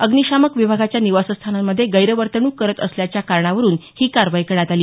अग्निशामक विभागाच्या निवासस्थानांमध्ये गैरवर्तणूक करत असल्याच्या कारणावरून ही कारवाई करण्यात आली